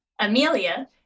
Amelia